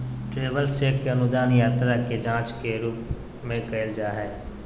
travellers cheque के अनुवाद यात्रा के जांच के रूप में कइल जा हइ